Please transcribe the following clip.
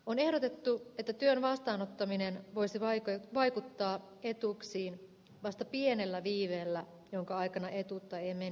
on ehdotettu että työn vastaanottaminen voisi vaikuttaa etuuksiin vasta pienellä viiveellä jonka aikana etuutta ei menettäisi